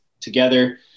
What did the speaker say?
together